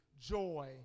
joy